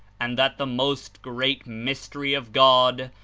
and that the most great mystery of god,